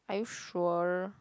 are you sure